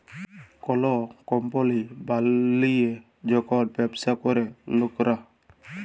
call কম্পলি বলিয়ে যখল ব্যবসা ক্যরে লকরা